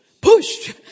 push